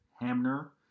Hamner